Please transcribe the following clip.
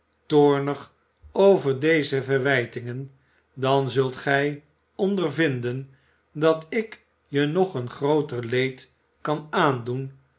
toornig over deze verwijtingen dan zult gij ondervinden dat ik je nog een grooter leed kan aandoen